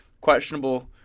questionable